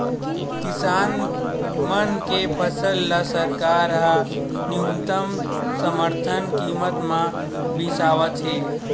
किसान मन के फसल ल सरकार ह न्यूनतम समरथन कीमत म बिसावत हे